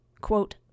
quote